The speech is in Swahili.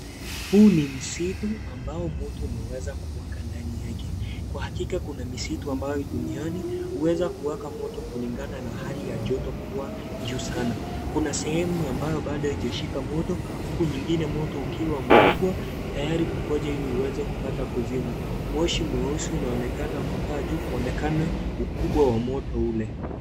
Huu ni msitu ambao moto umeweza kuwaka ndani yake. Kwa hakika kuna misitu ambayo ii duniani, huweza kuweka moto kulingana na hali ya joto kuwa juu sana. Kuna sehemu ambayo bado haijashika moto, huku nyingine moto ukiwa mkubwa, tayari kungoja ili uweze kupata kuzimwa. Moshi mweusi unaonekana kupaa juu kuonekana ukubwa wa moto ule.